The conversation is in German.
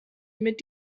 mit